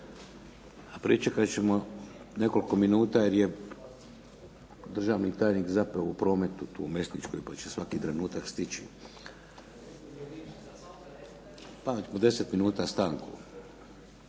Pričekat ćemo nekoliko minuta jer je državni tajnik zapeo u prometu tu u Mesničkoj, pa će svaki trenutak stići. Onda ćemo 10 minuta stanku.